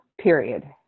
period